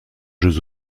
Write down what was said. jeux